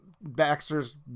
Baxters